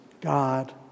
God